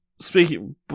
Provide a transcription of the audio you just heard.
Speaking-